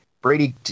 Brady